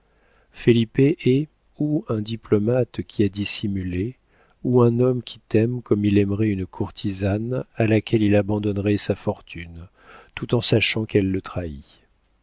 felipe est ou un diplomate qui a dissimulé ou un homme qui t'aime comme il aimerait une courtisane à laquelle il abandonnerait sa fortune tout en sachant qu'elle le trahit